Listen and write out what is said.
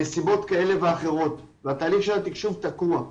מסיבות כאלה ואחרות, ותהליך התקשוב תקוע.